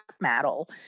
metal